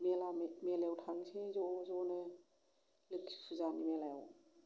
मेलायाव थोंनोसै ज' ज' नो लोखि फुजा मोलायाव